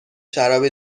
شراب